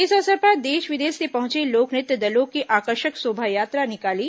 इस अवसर पर देश विदेश से पहुंचे लोक नृत्य दलों ने आकर्षक शोभायात्रा निकाली